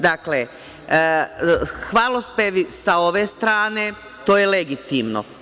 Dakle, hvalospevi sa ove strane, to je legitimno.